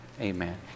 amen